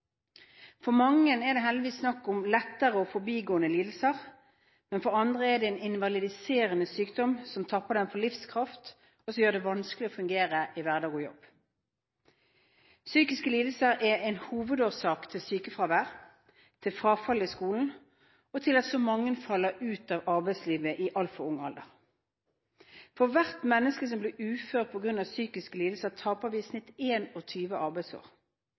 For mange er det heldigvis snakk om lettere og forbigående lidelser, men for andre er det en invalidiserende sykdom som tapper dem for livskraft og gjør det vanskelig å fungere i hverdag og jobb. Psykiske lidelser er en hovedårsak til sykefravær, til frafall i skolen og til at så mange faller ut av arbeidslivet i altfor ung alder. For hvert menneske som blir ufør på grunn av psykiske lidelser, taper vi i snitt 21 arbeidsår.